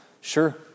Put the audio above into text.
Sure